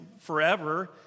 forever